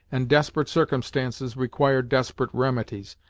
and desperate circumstances required desperate remedies.